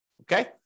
Okay